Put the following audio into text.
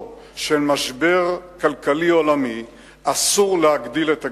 של משבר כלכלי עולמי אסור להגדיל את הגירעון.